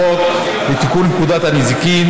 כבוד היושב-ראש,